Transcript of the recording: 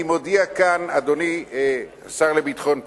אני מודיע כאן, אדוני השר לביטחון הפנים: